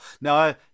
now